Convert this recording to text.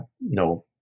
no